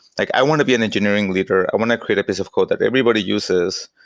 like i want to be an engineering leader. i want to create a piece of code that everybody uses.